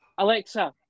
Alexa